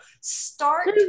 start